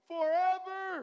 Forever